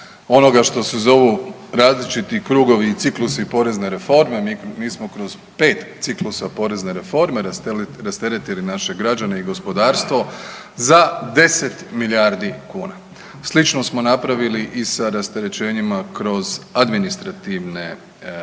onoga što se zovu različiti krugovi i ciklusi porezne reforme. Mi smo kroz 5 ciklusa porezne reforme rasteretili naše građane i gospodarstvo za 10 milijardi kuna. Slično smo napravili i sa rasterećenjima kroz administrativne namete.